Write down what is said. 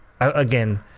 again